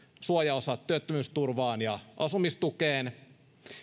suojaosat työttömyysturvaan ja asumistukeen